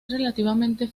relativamente